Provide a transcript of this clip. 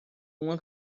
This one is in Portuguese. uma